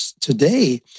today